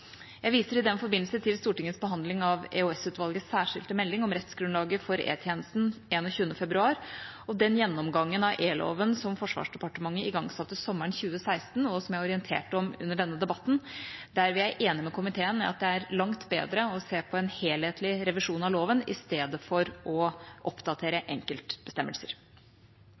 Jeg viser i den forbindelse til Stortingets behandling av EOS-utvalgets særskilte melding om rettsgrunnlaget for E-tjenesten 21. februar, og den gjennomgangen av E-loven som Forsvarsdepartementet igangsatte sommeren 2016, og som jeg orienterte om under denne debatten. Der er jeg enig med komiteen i at det er langt bedre å se på en helhetlig revisjon av loven enn å oppdatere enkeltbestemmelser.